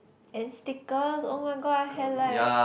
and stickers oh-my-god I had like